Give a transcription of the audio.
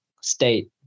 state